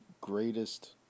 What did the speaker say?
greatest